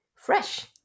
Fresh